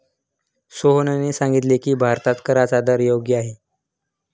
सोहनने सांगितले की, भारतात कराचा दर योग्य आहे